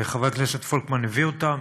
חבר הכנסת פולקמן הביא אותם: